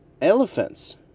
elephants